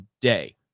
day